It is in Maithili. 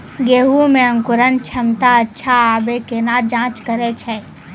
गेहूँ मे अंकुरन क्षमता अच्छा आबे केना जाँच करैय छै?